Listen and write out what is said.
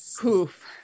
Poof